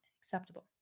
acceptable